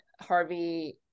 Harvey